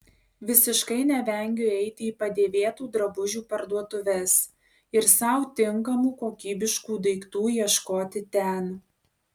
visiškai nevengiu eiti į padėvėtų drabužių parduotuves ir sau tinkamų kokybiškų daiktų ieškoti ten